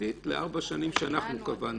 הממשלתית לארבע שנים שאנחנו קבענו.